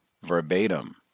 Verbatim